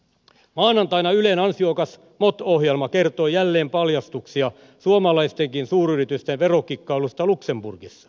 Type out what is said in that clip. maanantaina ylen ansiokas mot ohjelma kertoi jälleen paljastuksia suomalaistenkin suuryritysten verokikkailusta luxemburgissa